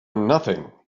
nothing